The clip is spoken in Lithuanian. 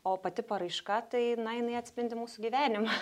o pati paraiška tai na jinai atspindi mūsų gyvenimą